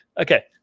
Okay